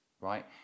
right